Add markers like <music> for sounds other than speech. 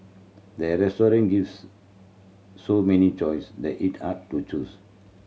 the <unintelligible> gives so many choice that it hard to choose